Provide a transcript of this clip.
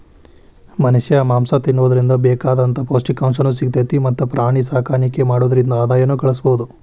ಮನಷ್ಯಾ ಮಾಂಸ ತಿನ್ನೋದ್ರಿಂದ ಬೇಕಾದಂತ ಪೌಷ್ಟಿಕಾಂಶನು ಸಿಗ್ತೇತಿ ಮತ್ತ್ ಪ್ರಾಣಿಸಾಕಾಣಿಕೆ ಮಾಡೋದ್ರಿಂದ ಆದಾಯನು ಗಳಸಬಹುದು